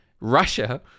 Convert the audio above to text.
Russia